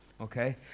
Okay